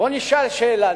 בואו נשאל שאלה.